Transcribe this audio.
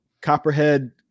copperhead